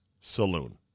saloon